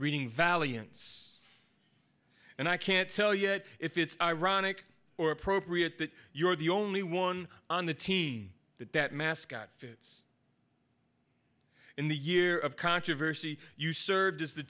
reading valiance and i can't tell yet if it's ironic or appropriate that you're the only one on the team that mascot fits in the year of controversy you served as the